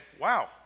wow